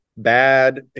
bad